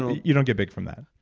you don't get big from that.